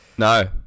No